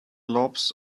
lobes